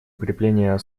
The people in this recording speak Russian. укрепление